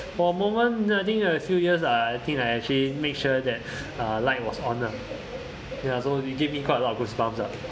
for a moment uh I think a few years uh I think I actually make sure that uh light was on lah ya so it gives me quite a lot of goosebumps lah